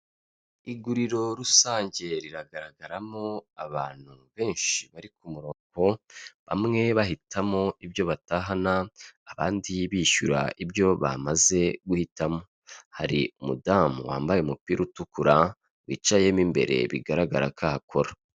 Iguriro rusange riragaragaramo abantu benshi bari ku murongo bamwe bahitamo ibyo batahana abandi bishyura ibyo bamaze guhitamo, hari umudamu wambaye umupira utukura wicayemo imbere bigaragara ko akora.